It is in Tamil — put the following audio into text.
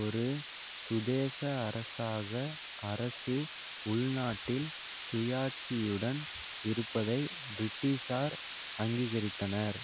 ஒரு சுதேச அரசாக அரசு உள்நாட்டில் சுயாட்சியுடன் இருப்பதை பிரிட்டிஷார் அங்கீகரித்தனர்